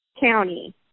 county